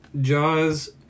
Jaws